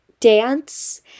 dance